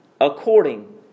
According